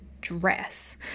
dress